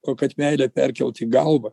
o kad meilę perkelt į galvą